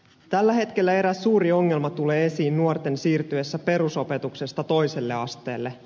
tällä hetkellä eräs suuri ongelma tulee esiin nuorten siirtyessä perusopetuksesta toiselle asteelle